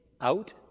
out